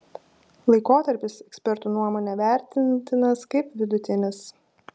laikotarpis ekspertų nuomone vertintinas kaip vidutinis